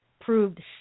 proved